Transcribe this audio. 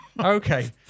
Okay